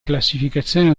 classificazione